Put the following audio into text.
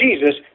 Jesus